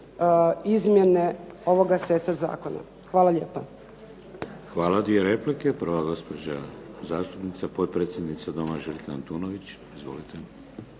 izmjene ovoga seta zakona. Hvala lijepa. **Šeks, Vladimir (HDZ)** Hvala. Dvije replike. Prva je gospođa zastupnica potpredsjednica doma Željka Antunović. Izvolite.